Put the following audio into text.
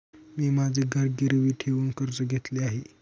मी माझे घर गिरवी ठेवून कर्ज घेतले आहे